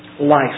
Life